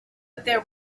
there